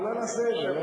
אבל מה אני אעשה אתן?